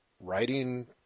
writing